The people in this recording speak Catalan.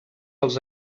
els